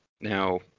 now